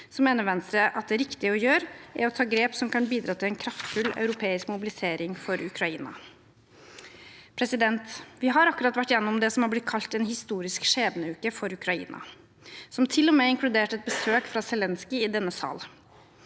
mener Venstre at det er riktig å ta grep som kan bidra til en kraftfull europeisk mobilisering for Ukraina. Vi har akkurat vært gjennom det som er blitt kalt en historisk skjebneuke for Ukraina, som til og med inkluderte et besøk fra Zelenskyj i denne sal.